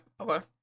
okay